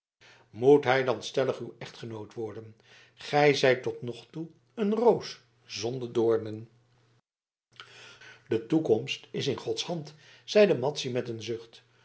moet hij dan stellig uw echtgenoot worden gij zijt tot nog toe een roos zonder doornen de toekomst is in gods hand zeide madzy met een zucht